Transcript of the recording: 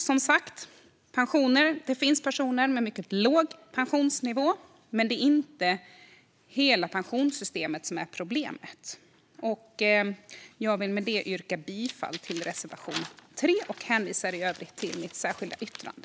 Det finns som sagt personer med mycket låg pensionsnivå, men det är inte hela pensionssystemet som är problemet. Jag vill med detta yrka bifall till reservation 3 och hänvisar i övrigt till mitt särskilda yttrande.